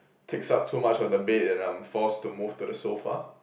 takes up too much of the bed and I'm forced to move to the sofa